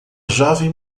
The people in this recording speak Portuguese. jovem